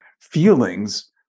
feelings